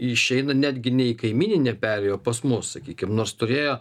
išeina netgi ne į kaimyninę perėjo pas mus sakykim nors turėjo